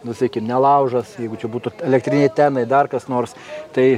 nu sakykim ne laužas jeigu čia būtų elektriniai tenai dar kas nors tai